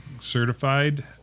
certified